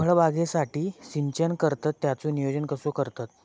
फळबागेसाठी सिंचन करतत त्याचो नियोजन कसो करतत?